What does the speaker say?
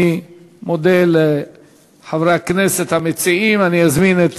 אני מודה לחברי הכנסת המציעים, ומזמין את